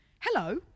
hello